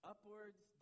Upwards